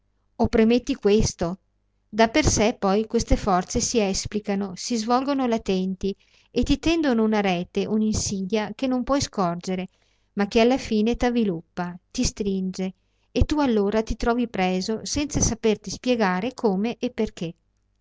oh premetti questo da per sé poi queste forze si esplicano si svolgono latenti e ti tendono una rete un'insidia che tu non puoi scorgere ma che alla fine t'avviluppa ti stringe e tu allora ti trovi preso senza saperti spiegar come e perché